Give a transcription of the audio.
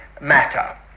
matter